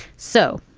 so,